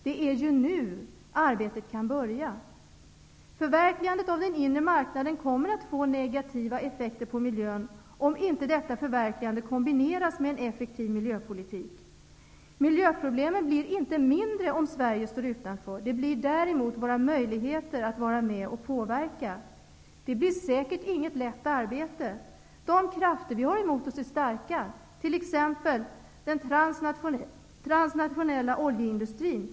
Men det är ju nu arbetet kan börja! Förverkligandet av den inre marknaden kommer att få negativa effekter på miljön om det inte kombineras med en effektiv miljöpolitik. Miljöproblemen blir inte mindre om Sverige står utanför, vilket däremot våra möjligheter att vara med och påverka blir. Det blir säkert inte ett lätt arbete. De krafter vi har emot oss är starka, t.ex. den transnationella oljeindustrin.